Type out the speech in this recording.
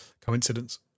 coincidence